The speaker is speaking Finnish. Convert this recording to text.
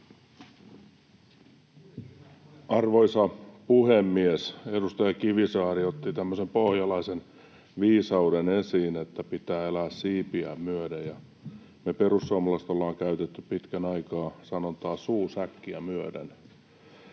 Arvoisa puhemies! Edustaja Kivisaari otti tämmöisen pohjalaisen viisauden esiin, että pitää elää siipiään myöden. Me perussuomalaiset ollaan käytetty pitkän aikaa sanontaa "suu säkkiä myöden".